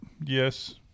yes